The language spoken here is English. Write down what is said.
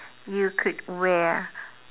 you could wear